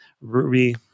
Ruby